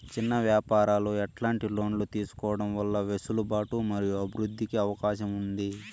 చిన్న వ్యాపారాలు ఎట్లాంటి లోన్లు తీసుకోవడం వల్ల వెసులుబాటు మరియు అభివృద్ధి కి అవకాశం ఉంది?